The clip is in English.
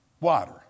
Water